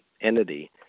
entity